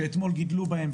שאתמול גידלו בהם,